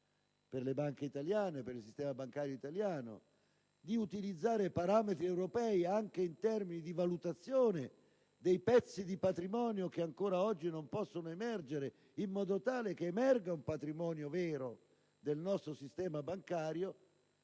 inserire la possibilità per il sistema bancario italiano di utilizzare parametri europei anche in termini di valutazione dei pezzi di patrimonio che ancora oggi non possono emergere per far emergere il vero patrimonio del nostro sistema bancario